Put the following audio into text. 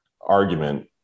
argument